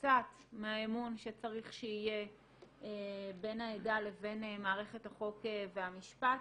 קצת מהאמון שצריך שיהיה בין העדה לבין מערכת החוק והמשפט.